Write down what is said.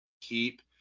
keep